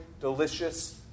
delicious